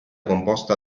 composta